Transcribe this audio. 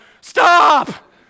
stop